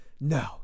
no